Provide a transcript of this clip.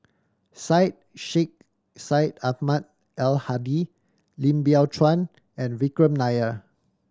Syed Sheikh Syed Ahmad Al Hadi Lim Biow Chuan and Vikram Nair